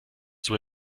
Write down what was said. zur